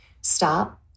Stop